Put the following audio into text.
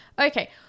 Okay